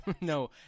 No